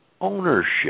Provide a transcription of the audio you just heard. ownership